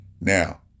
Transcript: Now